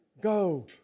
Go